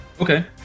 Okay